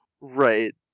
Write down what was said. Right